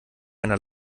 einer